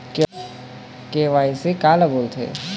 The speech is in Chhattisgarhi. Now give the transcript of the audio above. के.वाई.सी काला बोलथें?